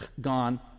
gone